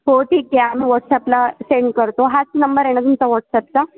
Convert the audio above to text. हो ठीक आहे आम्ही वॉट्सॲपला सेंड करतो हाच नंबर आहे ना तुमचा व्हॉट्सॲपचा